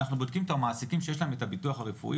אנחנו בודקים את המעסיקים שיש להם את הביטוח הרפואי,